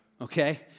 okay